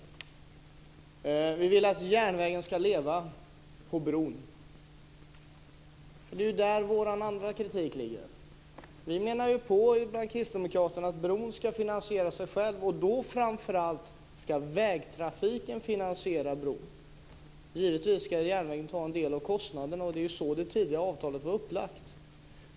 Man vill att järnvägen ska leva på bron. Det är där vår andra kritik ligger. Vi kristdemokrater menar att bron ska finansiera sig själv, och framför allt ska vägtrafiken finansiera bron. Givetvis ska järnvägen ta en del av kostnaden, och det var ju så det tidigare avtalet var upplagt.